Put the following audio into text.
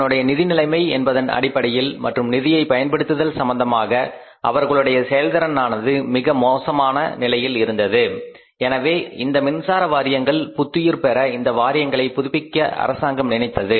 அதனுடைய நிதிநிலைமை என்பதன் அடிப்படையில் மற்றும் நிதியை பயன்படுத்துதல் சம்பந்தமாக அவர்களுடைய செயல்திறனானது மிக மிக மோசமான நிலைமையில் இருந்தது எனவே இந்த மின்சார வாரியங்கள் புத்துயிர் பெற இந்த வாரியங்களைப் புதுப்பிக்க அரசாங்கம் நினைத்தது